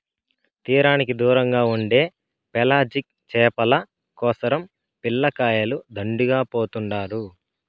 తీరానికి దూరంగా ఉండే పెలాజిక్ చేపల కోసరం పిల్లకాయలు దండిగా పోతుండారు